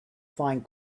find